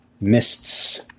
mists